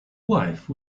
wife